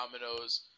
dominoes